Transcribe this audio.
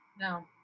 No